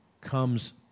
comes